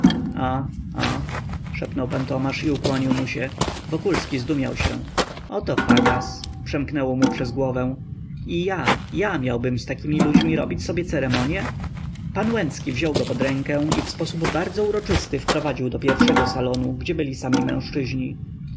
a a szepnął pan tomasz i ukłonił mu się wokulski zdumiał się oto fagas przemknęło mu przez głowę i ja ja miałbym z takimi ludźmi robić sobie ceremonie pan łęcki wziął go pod rękę i w sposób bardzo uroczysty wprowadził do pierwszego salonu gdzie byli sami mężczyźni